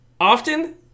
often